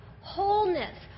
wholeness